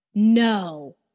no